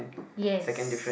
yes